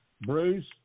Bruce